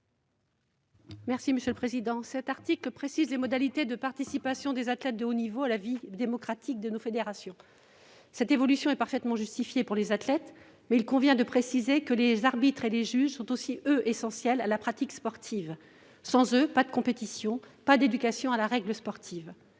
Mme Béatrice Gosselin. Cet article précise les modalités de participation des athlètes de haut niveau à la vie démocratique des fédérations. Cette évolution est parfaitement justifiée, mais il convient de préciser que les arbitres et les juges sont eux aussi essentiels à la pratique sportive. Sans eux, pas de compétition ni d'éducation à la règle sportive.